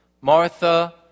Martha